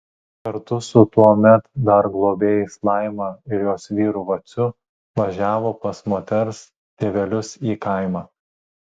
kartu su savo tuomet dar globėjais laima ir jos vyru vaciu važiavo pas moters tėvelius į kaimą